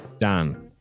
dan